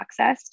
accessed